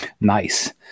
nice